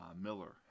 Miller